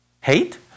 Hate